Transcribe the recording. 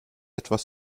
etwas